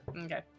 okay